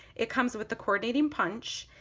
it comes with the coordinating punch,